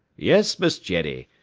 yes, miss jenny,